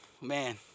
man